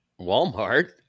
Walmart